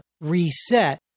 reset